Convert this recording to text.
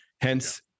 Hence